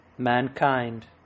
mankind